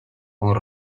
con